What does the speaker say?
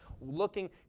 looking